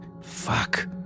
Fuck